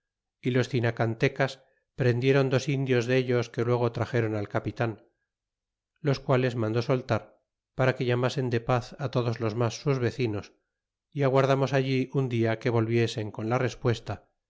y los cinacantecas prendiéron dos indios dellos que luego traxéron al capitan los quales mandó soltar para que llamasen de paz á todos los mas sus vecinos y aguardamos allí un dia que volviesen con la respuesta